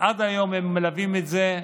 עד היום הם מלווים את זה,